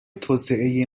توسعه